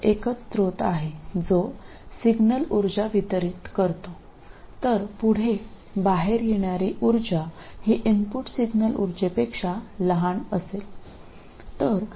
നിങ്ങൾക്ക് signal power നൽകുന്ന ഒരൊറ്റ ഉറവിടം മാത്രമേ ഉള്ളൂവെങ്കിൽ എന്താണ് പുറത്തുവരുന്നത് പുറത്തുവരുന്ന പവർ ഇൻപുട്ട് സിഗ്നൽ പവറിനേക്കാൾ ചെറുതായിരിക്കും